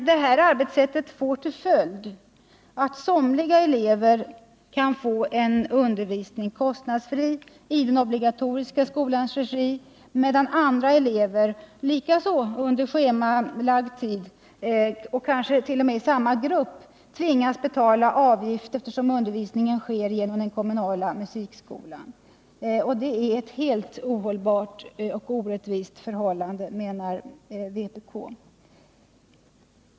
Detta arbetssätt får emellertid till följd att somliga elever kan få undervisning kostnadsfritt i den obligatoriska skolans regi medan andra elever, likaså under schemalagd tid och kansket.o.m. i samma grupp, tvingas betala avgift eftersom undervisningen sker genom den kommunala musikskolan. Det är ett ohållbart och orättvist förhållande, menar vpk.